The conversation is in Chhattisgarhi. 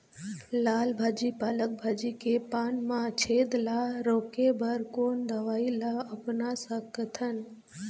लाल भाजी पालक भाजी के पान मा छेद ला रोके बर कोन दवई ला अपना सकथन?